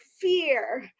fear